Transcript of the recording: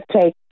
take